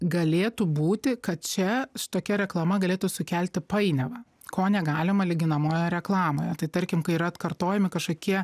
galėtų būti kad čia su tokia reklama galėtų sukelti painiavą ko negalima lyginamojo reklamoje tai tarkim kai yra atkartojami kažkokie